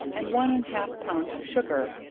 and one and half pound sugar,